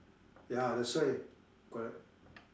ya that's why correct